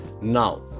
Now